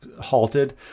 halted